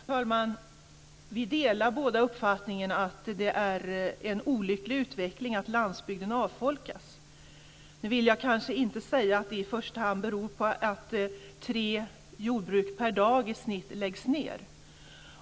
Fru talman! Vi delar båda uppfattningen att det är en olycklig utveckling att landsbygden avfolkas. Nu vill jag kanske inte säga att det i första hand beror på att tre jordbruk per dag i snitt läggs ned.